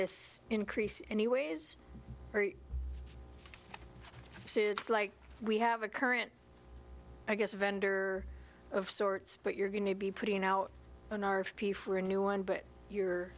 this increase anyways so it's like we have a current i guess a vendor of sorts but you're going to be putting out an r f p for a new one but you're